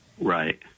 Right